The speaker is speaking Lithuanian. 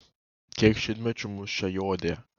kiek šimtmečių mus čia jodė